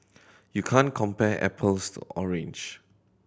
you can't compare apples to orange